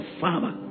father